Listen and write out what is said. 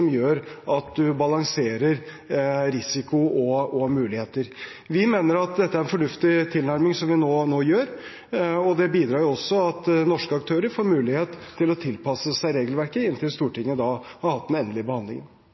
gjør at man balanserer risiko og muligheter. Vi mener at det er en fornuftig tilnærming som vi nå gjør, og det bidrar jo også til at norske aktører får mulighet til å tilpasse seg regelverket inntil Stortinget har hatt den endelige behandlingen.